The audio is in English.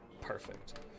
Perfect